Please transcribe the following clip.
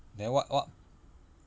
then what what